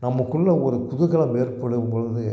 நமக்குள்ளே ஒரு குதூகலம் ஏற்படும் பொழுது